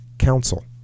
council